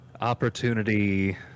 Opportunity